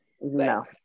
No